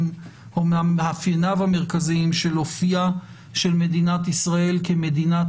או ממאפייניו המרכזיים של אופייה של מדינת ישראל כמדינת